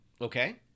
Okay